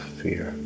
fear